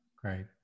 Great